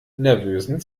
nervösen